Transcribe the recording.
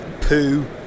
poo